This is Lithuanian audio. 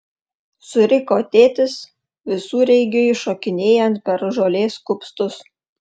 suriko tėtis visureigiui šokinėjant per žolės kupstus